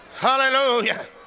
Hallelujah